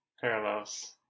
parallels